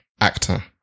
actor